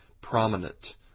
prominent